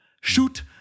Shoot